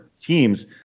teams